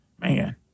Man